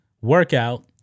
workout